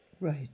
Right